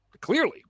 clearly